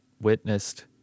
witnessed